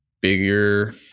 bigger